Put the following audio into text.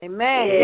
Amen